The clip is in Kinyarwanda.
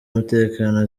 umutekano